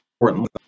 importantly